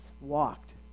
walked